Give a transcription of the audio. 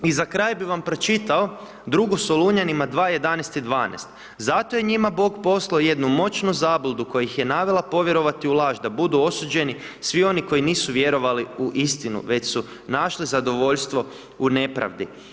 I za kraj bi vam pročitao, Drugu Solunjanima, 2:11 i 12, zato je njima Bog poslao jednu moćnu zabludu koja ih je navela povjerovati u laž, da budu osuđeni svi oni koji nisu vjerovali u istinu, već su našli zadovoljstvo u nepravdi.